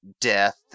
death